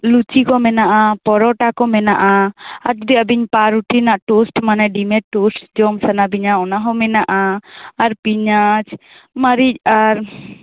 ᱞᱩᱪᱤ ᱠᱚ ᱢᱮᱱᱟᱜᱼᱟ ᱯᱚᱨᱚᱴᱟ ᱠᱚ ᱢᱮᱱᱟᱜᱼᱟ ᱟᱨ ᱡᱩᱫᱤ ᱟᱵᱤᱱ ᱯᱟᱣᱨᱩᱴᱤ ᱨᱮᱭᱟᱜ ᱴᱳᱥᱴ ᱢᱟᱱᱮ ᱰᱤᱢᱮᱨ ᱴᱳᱥᱴ ᱡᱚᱢ ᱥᱟᱱᱟ ᱵᱤᱱᱟ ᱚᱱᱟ ᱦᱚᱸ ᱢᱮᱱᱟᱜᱼᱟ ᱟᱨ ᱯᱮᱸᱭᱟᱸᱡ ᱢᱟᱨᱤᱪ ᱟᱨ